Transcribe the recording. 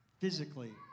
physically